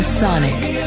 Sonic